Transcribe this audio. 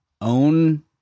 Own